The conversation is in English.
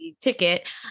ticket